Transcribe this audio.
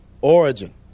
origin